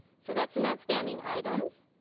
so that's some outstanding items.